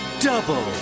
double